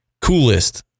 Coolest